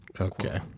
Okay